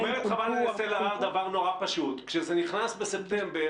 חברת הכנסת אלהרר אומרת דבר פשוט: כשזה נכנס בספטמבר